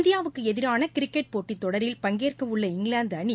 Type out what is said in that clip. இந்தியாவுக்கு எதிரான கிரிக்கெட் போட்டித்தொடரில் பங்கேற்கவுள்ள இங்கிலாந்து அணி